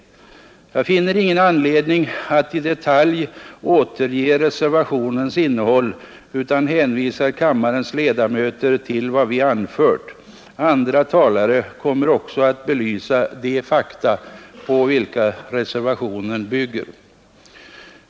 Jag finner ingen anledning att i detalj återge reservationens innehåll utan hänvisar kammarens ledamöter till vad vi anfört. Andra talare kommer också att belysa de fakta på vilka reservationen bygger.